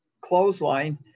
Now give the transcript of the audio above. clothesline